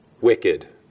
Wicked